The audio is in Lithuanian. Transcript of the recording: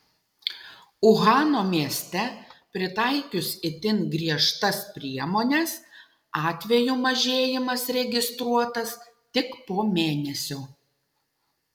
uhano mieste pritaikius itin griežtas priemones atvejų mažėjimas registruotas tik po mėnesio